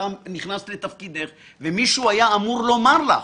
שכשנכנסת לתפקידך מישהו היה אמור לומר לך.